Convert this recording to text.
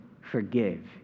forgive